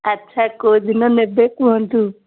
ଆଚ୍ଛା କୋଉ ଦିନ ନେବେ କୁହନ୍ତୁ